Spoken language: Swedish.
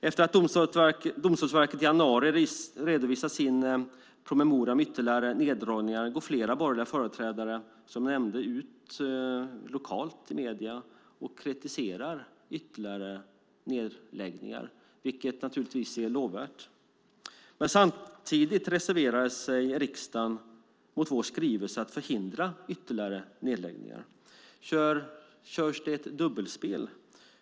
Efter att Domstolsverket i januari redovisat sin promemoria om ytterligare neddragningar går flera borgerliga företrädare som jag nämnde ut lokalt i medierna och kritiserar ytterligare nedläggningar, vilket naturligtvis är lovvärt. Men samtidigt reserverar de sig i riksdagen mot vår skrivelse om att förhindra ytterligare nedläggningar. Kör man ett dubbelspel?